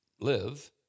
live